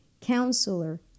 Counselor